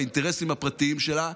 באינטרסים הפרטיים שלה,